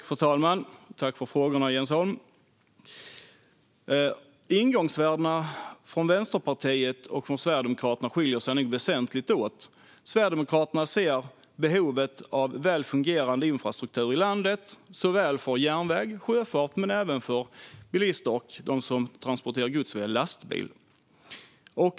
Fru talman! Tack för frågorna, Jens Holm! Ingångsvärdena från Vänsterpartiet och Sverigedemokraterna skiljer sig nog väsentligt åt. Sverigedemokraterna ser behovet av väl fungerande infrastruktur i landet såväl för järnväg och sjöfart som för bilister och dem som transporterar gods via lastbil.